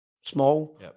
small